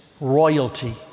royalty